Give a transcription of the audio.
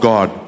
God